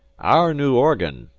our new organ,